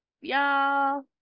y'all